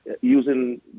using